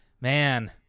man